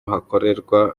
hakorerwa